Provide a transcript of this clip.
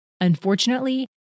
Unfortunately